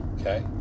Okay